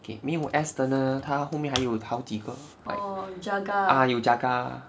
K 没有 s 的他后面还有好几个 like ah 有 jaga